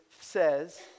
says